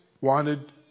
wanted